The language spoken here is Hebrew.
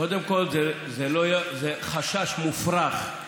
קודם כול, זה חשש מופרך.